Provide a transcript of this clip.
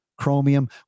chromium